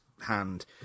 hand